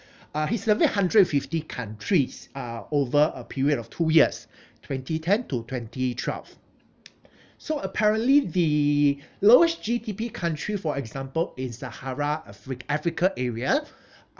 uh he surveyed hundred fifty countries uh over a period of two years twenty ten to twenty twelve so apparently the lowest G_D_P country for example is the afric~ africa area